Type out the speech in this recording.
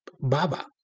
Baba